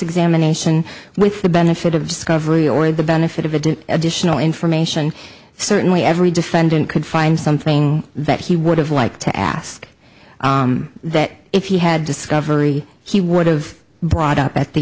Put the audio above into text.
examination with the benefit of discovery or the benefit of a didn't additional information certainly every defendant could find something that he would have liked to ask that if he had discovery he would've brought up at the